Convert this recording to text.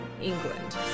England